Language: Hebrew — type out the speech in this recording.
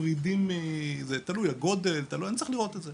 מפרידים - תלוי הגודל, אני צריך לראות את זה.